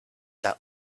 that